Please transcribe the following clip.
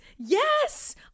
Yes